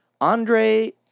Andre